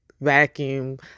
vacuum